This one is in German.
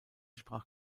sprach